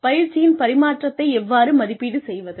பயிற்சியின் பரிமாற்றத்தை எவ்வாறு மதிப்பீடு செய்வது